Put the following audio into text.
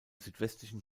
südwestlichen